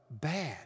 bad